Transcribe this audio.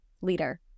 leader